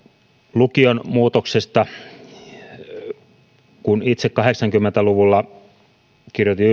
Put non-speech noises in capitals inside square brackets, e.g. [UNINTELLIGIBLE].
lukion muutoksesta kun itse kahdeksankymmentä luvulla kirjoitin [UNINTELLIGIBLE]